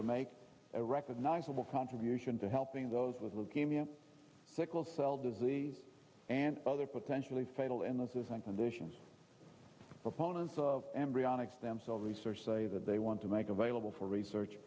to make a recognizable contribution to helping those with leukemia sickle cell disease and other potentially fatal illnesses and conditions opponents of embryonic stem cell research say that they want to make available for research